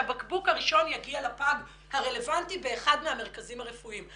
שהבקבוק הראשון יגיע לפג הרלוונטי באחד מהמרכזים הרפואיים.